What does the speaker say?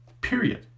Period